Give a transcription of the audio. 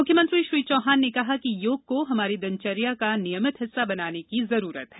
मुख्यमंत्री श्री चौहान ने कहा है कि योग को हमारी दिनचर्या का नियमित हिस्सा बनाने की जरूरत है